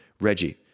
Reggie